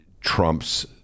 trump's